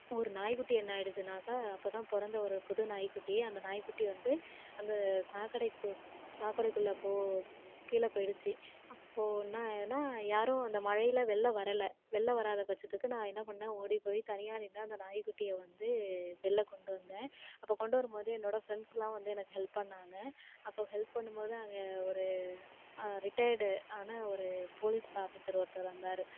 ஒரு நாய்குட்டி என்ன ஆகிடுச்சுனாக்கா இப்போ தான் பிறந்த ஒரு புது நாய்குட்டி அந்த நாய்குட்டி வந்து அந்த சாக்கடைக்கு சாக்கடைக்குள்ளே போ கீழே போயிடுச்சு அப்போது என்னதுனால் யாரோ அந்த மழையில் வெளில வரலை வெளில வராத பட்சத்துக்கு நான் என்ன பண்ணிணேன் ஓடிப்போய் தனியாக நின்ற அந்த நாய்குட்டியை வந்து வெளில கொண்டுவந்தேன் அப்போ கொண்டுவரும்போது என்னோடய ஃபிரண்ட்ஸ்செல்லாம் வந்து எனக்கு ஹெல்ப் பண்ணிணாங்க அப்போ ஹெல்ப் பண்ணும்போது அங்கே ஒரு ரிட்டயர்டு ஆன ஒரு போலீஸ் ஆபீஸர் ஒருத்தர் வந்தார்